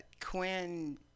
Quinn